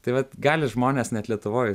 tai vat gali žmonės net lietuvoj